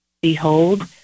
Behold